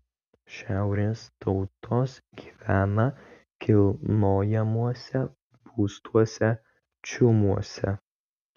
šiaurės tautos gyvena kilnojamuose būstuose čiumuose